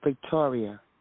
victoria